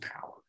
power